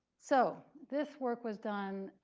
so this work was done,